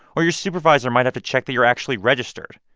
or your supervisor might have to check that you're actually registered.